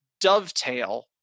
dovetail